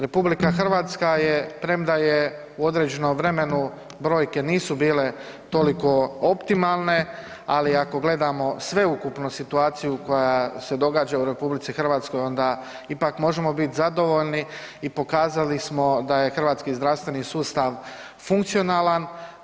RH je premda je u određenom vremenu brojke nisu bile toliko optimalne, ali ako gledamo sveukupno situaciju koja se događa u RH onda ipak možemo biti zadovoljni i pokazali smo da je hrvatski zdravstveni sustav funkcionalan.